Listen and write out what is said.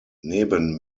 neben